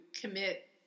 commit